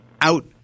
out